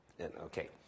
Okay